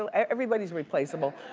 ah everybody's replaceable.